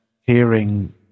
hearing